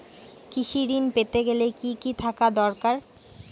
কৃষিঋণ পেতে গেলে কি কি থাকা দরকার?